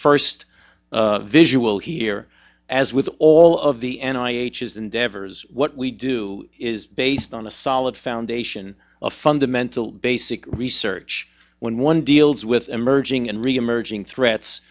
first visual here as with all of the n i h s endeavors what we do is based on a solid foundation of fundamental basic research when one deals with emerging and reemerging threats